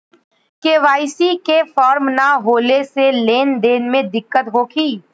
KYC के form न होले से लेन देन में दिक्कत होखी?